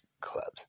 Clubs